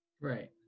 Right